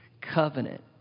covenant